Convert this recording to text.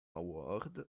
award